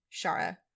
Shara